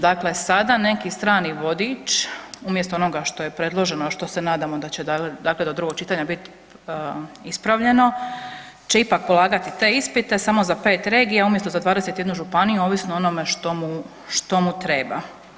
Dakle, sada neki strani vodič umjesto onoga što je predloženo a što se nadamo da će dakle do drugog čitanja bit ispravljeno će ipak polagati te ispite, samo za pet regija za 21 županiju ovisno o onome što mu treba.